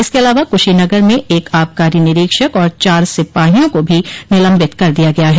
इसके अलावा कुशीनगर में एक आबकारी निरीक्षक और चार सिपाहियों को भी निलम्बित कर दिया गया है